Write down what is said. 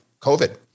COVID